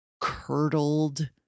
curdled